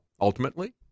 ultimately